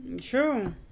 True